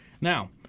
Now